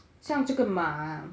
像这个马